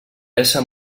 ésser